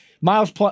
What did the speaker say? Miles